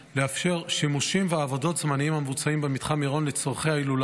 לאפשר שימושים ועבודות זמניים המבוצעים במתחם מירון לצורכי ההילולה,